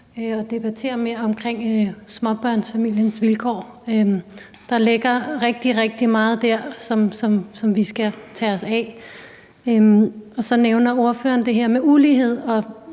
og debattere mere omkring småbørnsfamiliens vilkår. Der ligger rigtig, rigtig meget der, som vi skal tage os af. Så nævner ordføreren det her med ulighed, og